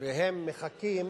אנחנו ממשיכים